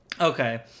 Okay